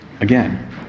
again